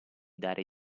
dare